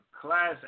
Class